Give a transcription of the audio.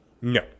No